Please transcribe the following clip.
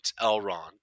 Elrond